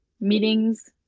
meetings